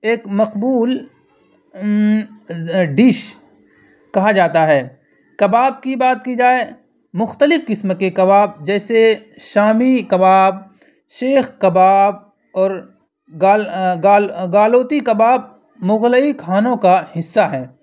ایک مقبول ڈش کہا جاتا ہے کباب کی بات کی جائے مختلف قسم کے کباب جیسے شامی کباب سیخ کباب اور گلاوٹی کباب مغلئی کھانوں کا حصہ ہیں